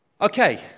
Okay